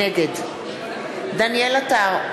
נגד דניאל עטר,